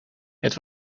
het